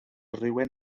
rhywun